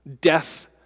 Death